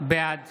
בעד